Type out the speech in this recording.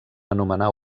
anomenar